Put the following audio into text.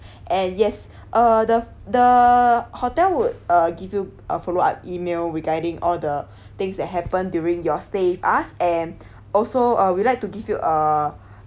and yes uh the the hotel would uh give you a follow up email regarding all the things that happened during your stay with us and also uh we'd like to give you a